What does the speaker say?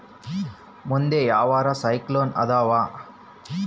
ಮುಂದೆ ಯಾವರ ಸೈಕ್ಲೋನ್ ಅದಾವ?